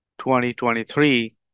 2023